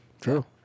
True